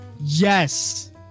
Yes